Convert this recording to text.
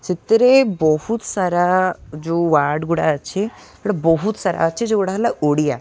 ସେଥିରେ ବହୁତ ସାରା ଯେଉଁ ୱାର୍ଡ଼ ଗୁଡ଼ା ଅଛି ବହୁତ ସାରା ଅଛି ଯେଉଁଗୁଡ଼ା ହେଲା ଓଡ଼ିଆ